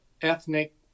ethnic